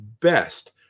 best